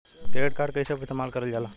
Credit card कईसे इस्तेमाल करल जाला?